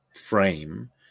frame